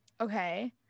okay